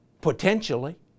potentially